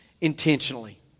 intentionally